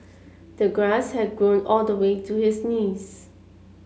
the grass had grown all the way to his knees